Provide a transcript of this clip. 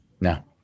No